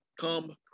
come